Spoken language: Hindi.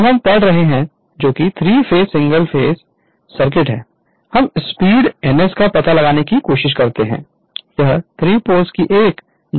अब हम पढ़ रहे हैं जोकि 3 फेस सिंगल फेस सर्किट है हम स्पीड ns का पता लगाने की कोशिश कर रहे हैं यह 3 पोल्स की एक जोड़ी पर विचार कर रहा है